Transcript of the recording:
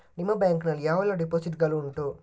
ನಿಮ್ಮ ಬ್ಯಾಂಕ್ ನಲ್ಲಿ ಯಾವೆಲ್ಲ ಡೆಪೋಸಿಟ್ ಗಳು ಉಂಟು?